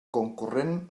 concurrent